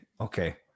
okay